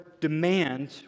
demand